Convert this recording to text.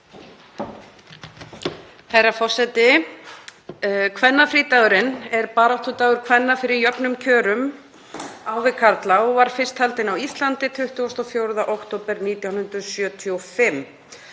Herra forseti. Kvennafrídagurinn er baráttudagur kvenna fyrir jöfnum kjörum á við karla og var fyrst haldinn á Íslandi 24. október 1975.